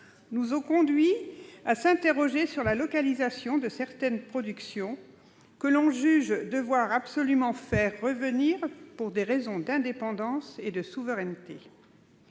nous a conduits à nous interroger sur la localisation de certaines productions que l'on juge devoir absolument faire revenir sur notre territoire, pour des raisons d'indépendance et de souveraineté.